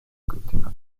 göttin